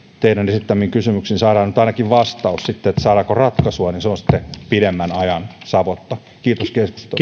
teidän esittämiinne kysymyksiin saadaan nyt ainakin vastaus saadaanko ratkaisua se on sitten pidemmän ajan savotta kiitos